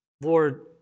Lord